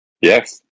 Yes